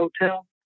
hotel